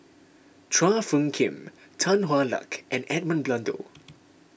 Chua Phung Kim Tan Hwa Luck and Edmund Blundell